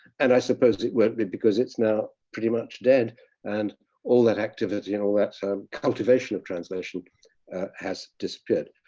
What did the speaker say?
and i suppose it won't be because it's now pretty much dead and all that activity and all that so um cultivation of translation has disappeared.